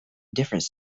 different